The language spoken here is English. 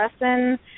lesson